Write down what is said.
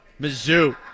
Mizzou